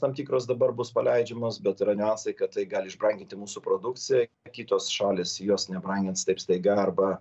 tam tikros dabar bus paleidžiamos bet yra niuansai kad tai gali išbranginti mūsų produkciją kitos šalys jos nebrangins taip staiga arba